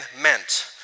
meant